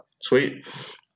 sweet